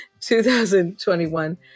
2021